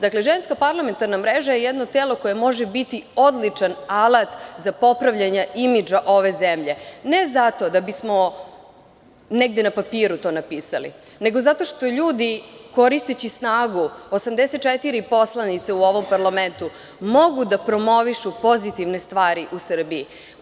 Dakle, Ženska parlamentarna mreža je jedno telo koje može biti odličan alat za popravljanje imidža ove zemlje, ne zato da bismo negde na papiru to napisali, nego zato što ljudi, koristeći snagu 84 poslanice u ovom parlamentu, mogu da promovišu pozitivne stvari u Srbiji.